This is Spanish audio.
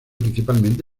principalmente